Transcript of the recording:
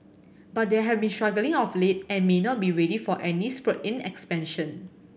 but they have been struggling of late and may not be ready for any spurt in expansion